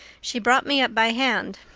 she brought me up by hand.